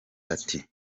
ati